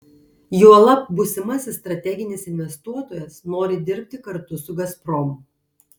juolab būsimasis strateginis investuotojas nori dirbti kartu su gazprom